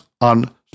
on